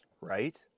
right